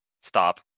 Stop